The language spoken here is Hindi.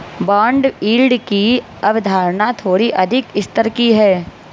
बॉन्ड यील्ड की अवधारणा थोड़ी अधिक स्तर की है